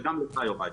וגם לך יוראי.